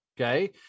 okay